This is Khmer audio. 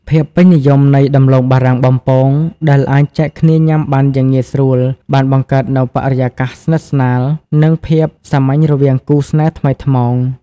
ភាពពេញនិយមនៃដំឡូងបារាំងបំពង ដែលអាចចែកគ្នាញ៉ាំបានយ៉ាងងាយស្រួល បានបង្កើតនូវបរិយាកាសស្និទ្ធស្នាល និងភាពសាមញ្ញរវាងគូស្នេហ៍ថ្មីថ្មោង។